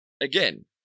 Again